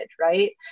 right